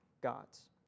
gods